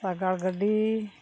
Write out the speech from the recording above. ᱥᱟᱜᱟᱲ ᱜᱟᱹᱰᱤ